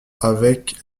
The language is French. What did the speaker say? avec